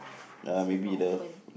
lah so not open